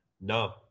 No